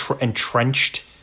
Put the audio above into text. entrenched